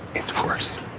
it's worse,